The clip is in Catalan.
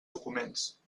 documents